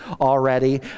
already